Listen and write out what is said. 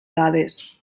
dades